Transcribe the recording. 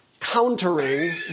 countering